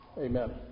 amen